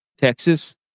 Texas